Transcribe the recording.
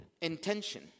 intention